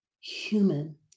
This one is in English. human